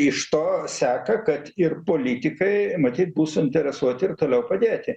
iš to seka kad ir politikai matyt bus suinteresuoti ir toliau padėti